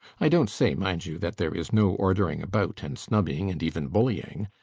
i don't say, mind you, that there is no ordering about and snubbing and even bullying.